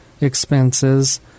expenses